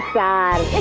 die.